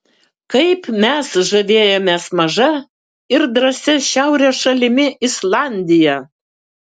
kaip mes žavėjomės maža ir drąsia šiaurės šalimi islandija